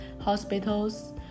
hospitals